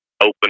open